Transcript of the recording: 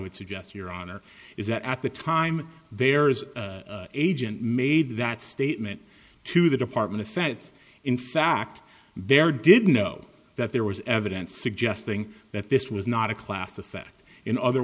would suggest your honor is that at the time there is agent made that statement to the department of facts in fact there did know that there was evidence suggesting that this was not a class effect in other